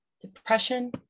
Depression